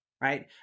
right